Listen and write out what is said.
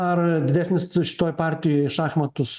ar didesnis šitoj partijoj šachmatus